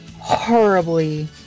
Horribly